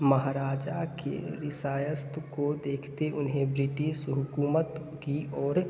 महाराजा के रियासत को देखते उन्हें ब्रिटिश हुकूमत की ओर